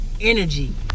energy